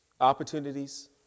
Opportunities